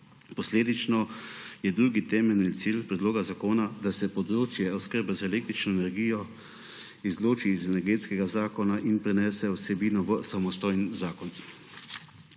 Posledično je drugi temeljni cilj predloga zakona, da se področje oskrbe z električno energijo izloči iz Energetskega zakona in prenese vsebino v samostojen zakon.